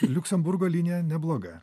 liuksemburgo linija nebloga